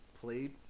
played